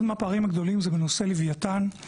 אחד מהפערים הגדולים זה בנושא לווייתן.